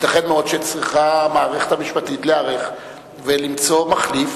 ייתכן מאוד שהמערכת המשפטית צריכה להיערך ולמצוא מחליף.